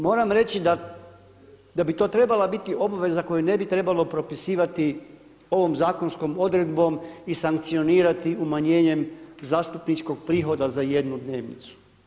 Moram reći da bi to trebala biti obveza koju ne bi trebalo propisivati ovom zakonskom odredbom i sankcionirati umanjenjem zastupničkog prihoda za jednu dnevnicu.